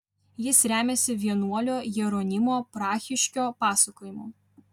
jis remiasi vienuolio jeronimo prahiškio pasakojimu